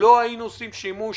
אם לא היינו עושים שימוש